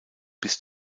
bis